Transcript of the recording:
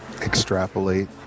extrapolate